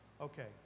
Okay